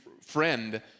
friend